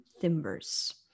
timbers